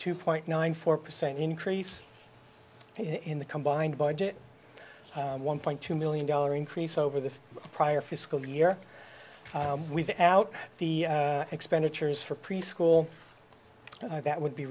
two point nine four percent increase in the combined budget one point two million dollar increase over the prior fiscal year without the expenditures for preschool that would be